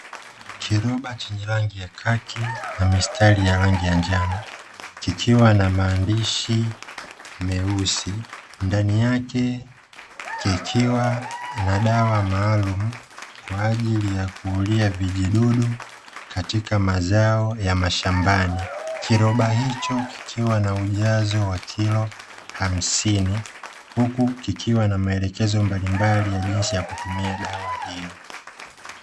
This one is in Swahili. Kiroba chenye rangi ya kaki na mistari ya rangi ya njano, kikiwa na maandishi meusi. Ndani yake kikiwa na dawa maalumu kwa ajili ya kuulia vijidudu katika mazao ya mashambani, kiroba hicho kikiwa na ujazo wa kilo hamsini, huku kikiwa na maelekezo mbalimbali ya jinsi ya kutumia dawa hiyo.